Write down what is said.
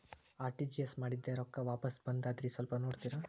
RTGS ಮಾಡಿದ್ದೆ ರೊಕ್ಕ ವಾಪಸ್ ಬಂದದ್ರಿ ಸ್ವಲ್ಪ ನೋಡ್ತೇರ?